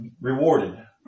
rewarded